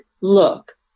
look